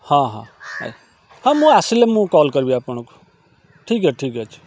ହଁ ହଁ ହଁ ମୁଁ ଆସିଲେ ମୁଁ କଲ୍ କରିବି ଆପଣଙ୍କୁ ଠିକ୍ ଅଛି ଠିକ୍ ଅଛି